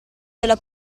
della